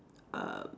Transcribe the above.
uh